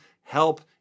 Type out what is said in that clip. help